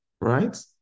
Right